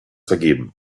vergeben